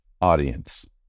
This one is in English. audience